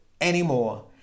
anymore